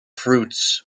fruits